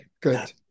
good